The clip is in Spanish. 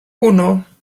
uno